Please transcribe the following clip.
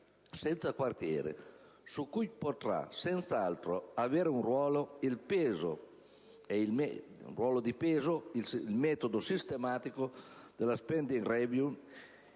agli sprechi, su cui potrà senz'altro avere un ruolo di peso il metodo sistematico della *spending review*,